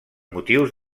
motius